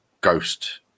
ghost